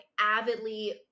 avidly